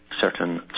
certain